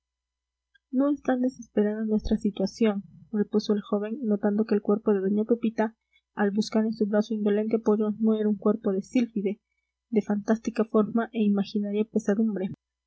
es tan desesperada nuestra situación repuso el joven notando que el cuerpo de doña pepita al buscar en su brazo indolente apoyo no era un cuerpo de sílfide de fantástica forma e imaginaria pesadumbre